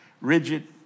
rigid